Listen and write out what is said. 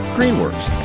Greenworks